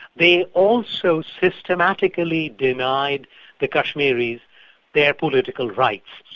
they also systematically denied the kashmiris their political rights,